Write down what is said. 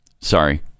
Sorry